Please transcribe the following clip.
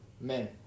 Men